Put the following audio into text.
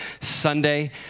Sunday